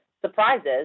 surprises